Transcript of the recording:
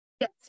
yes